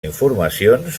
informacions